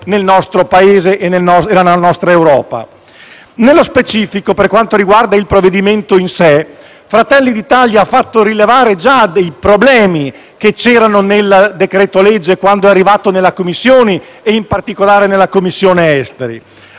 Nello specifico, per quanto riguarda il provvedimento in sé, Fratelli d'Italia ha fatto già rilevare i problemi contenuti nel decreto-legge quando è arrivato in Commissione e, in particolare, in Commissione affari